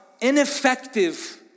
ineffective